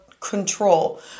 control